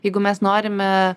jeigu mes norime